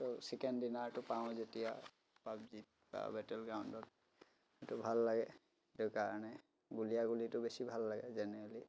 ত' chicken ডিনাৰটো পাওঁ যেতিয়া পাবজিত বা বেটেল গ্ৰাউণ্ডত এইটো ভাল লাগে সেইটো কাৰণে গুলীয়াগুলীটো বেছি ভাল লাগে জেনেৰেলি